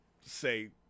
say